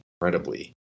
incredibly